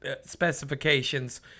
specifications